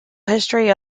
history